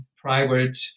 private